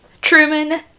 Truman